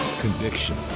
conviction